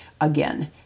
again